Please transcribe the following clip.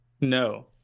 No